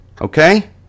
Okay